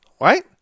Right